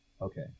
Okay